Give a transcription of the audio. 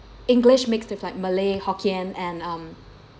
english mixed with like malay hokkien and um